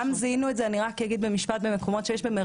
זיהינו את זה גם במקומות שיש בהם,